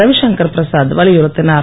ரவிசங்கர் பிரசாத் வலியுறுத்தினார்